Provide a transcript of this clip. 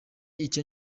icyo